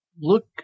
look